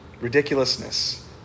ridiculousness